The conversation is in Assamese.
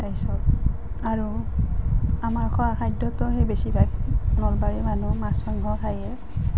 তাৰপিছত আৰু আমাৰ খোৱা খাদ্যটো সেই বেছিভাগ নলবাৰীৰ মানুহ মাছ মাংস খায়েই